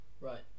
Right